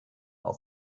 auf